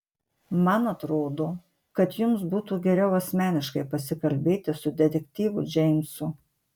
man atrodo kad jums būtų geriau asmeniškai pasikalbėti su detektyvu džeimsu